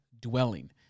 dwelling